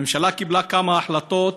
הממשלה קיבלה כמה החלטות